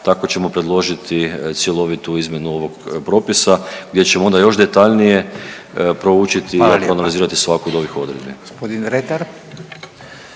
Tako ćemo predložiti cjelovitu izmjenu ovog propisa gdje ćemo onda još detaljnije proučiti …/Upadica: Hvala lijepa./…